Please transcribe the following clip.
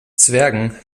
zwergen